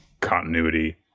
continuity